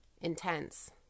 intense